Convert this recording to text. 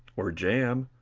or jam,